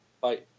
Bye